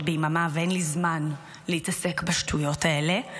ביממה ואין לי זמן להתעסק בשטויות האלה,